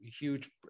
huge